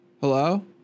Hello